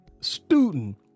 Student